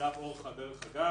אגב אורחא, דרך אגב.